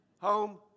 Home